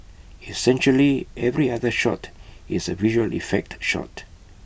essentially every other shot is A visual effect shot